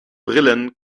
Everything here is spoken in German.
brillen